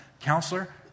Counselor